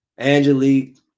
Angelique